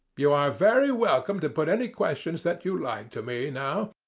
you are very welcome to put any questions that you like to me now,